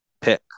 pick